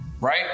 right